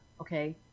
okay